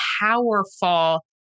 powerful